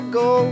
go